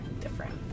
different